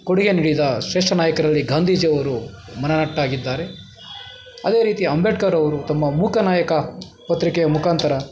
ಕೊಡುಗೆ ನೀಡಿದ ಶ್ರೇಷ್ಠ ನಾಯಕರಲ್ಲಿ ಗಾಂಧೀಜಿಯವರು ಮನನಟ್ಟಾಗಿದ್ದಾರೆ ಅದೇ ರೀತಿ ಅಂಬೇಡ್ಕರ್ರವರು ತಮ್ಮ ಮೂಕ ನಾಯಕ ಪತ್ರಿಕೆಯ ಮುಖಾಂತರ